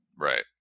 right